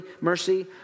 mercy